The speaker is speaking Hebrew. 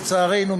לצערנו,